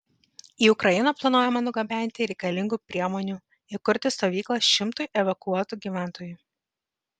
į ukrainą planuojama nugabenti reikalingų priemonių įkurti stovyklą šimtui evakuotų gyventojų